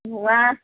नङा